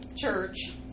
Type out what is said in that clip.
church